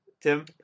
Tim